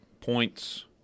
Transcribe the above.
points